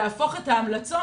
להפוך את ההמלצות,